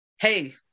hey